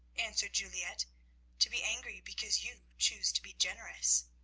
answered juliette to be angry because you choose to be generous.